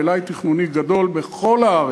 מלאי תכנוני גדול בכל הארץ,